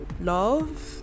love